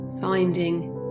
Finding